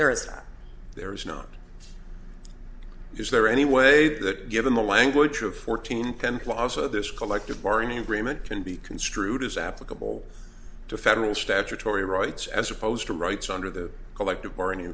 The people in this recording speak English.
is that there is not is there any way that given the language of fourteen penn plaza this collective bargaining agreement can be construed as applicable to federal statutory rights as opposed to rights under the collective bargaining